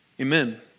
Amen